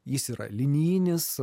jis yra linijinis